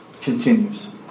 continues